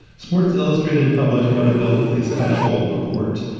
sports illustrated published what it billed as a special report.